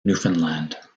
newfoundland